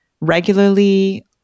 regularly